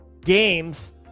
games